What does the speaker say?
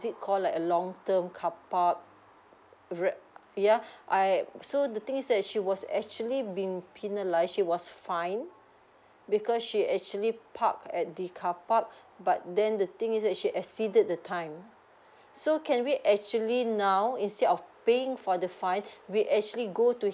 it call like a long term car park re~ yeah I so the thing is she was actually being penalised she was fined because she actually parked at the car park but then the thing is she exceeded the time so can we actually now instead of paying for the fine we actually go to